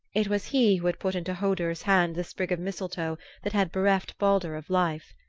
it was he who had put into hodur's hand the sprig of mistletoe that had bereft baldur of life.